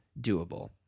doable